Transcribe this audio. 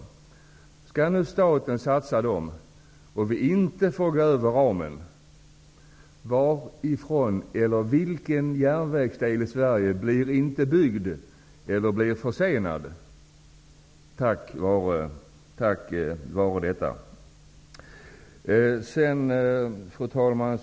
Skall staten satsa dessa pengar? Om vi inte får överskrida ramen, vilken järnvägsdel i Sverige blir i så fall inte byggd eller blir försenad på grund av detta? Fru talman!